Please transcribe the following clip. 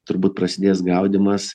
turbūt prasidės gaudymas